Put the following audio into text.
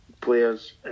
players